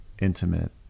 intimate